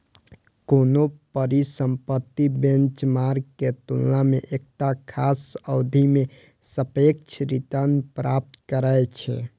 कोनो परिसंपत्ति बेंचमार्क के तुलना मे एकटा खास अवधि मे सापेक्ष रिटर्न प्राप्त करै छै